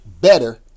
better